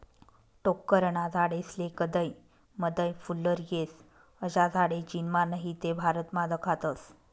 टोक्करना झाडेस्ले कदय मदय फुल्लर येस, अशा झाडे चीनमा नही ते भारतमा दखातस